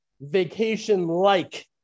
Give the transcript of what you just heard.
vacation-like